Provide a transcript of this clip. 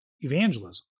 evangelism